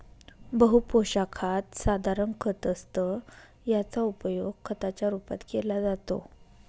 बहु पोशाखात साधारण खत असतं याचा उपयोग खताच्या रूपात केला जातो